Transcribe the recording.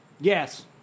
Yes